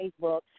Facebook